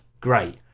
great